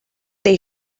they